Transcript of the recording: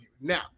Now